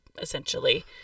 essentially